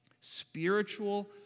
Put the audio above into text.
Spiritual